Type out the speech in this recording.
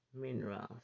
minerals